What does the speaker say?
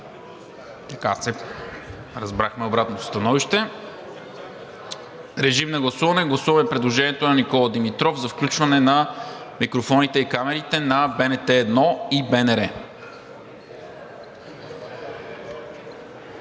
МИНЧЕВ: Разбрахме обратното становище. Гласуваме предложението на Никола Димитров за включване на микрофоните и камерите на БНТ 1 и БНР.